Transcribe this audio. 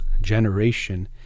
generation